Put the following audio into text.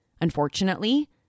Unfortunately